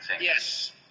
Yes